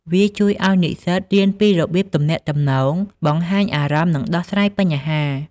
វាជួយឱ្យនិស្សិតរៀនពីរបៀបទំនាក់ទំនង បង្ហាញអារម្មណ៍ និងដោះស្រាយបញ្ហា។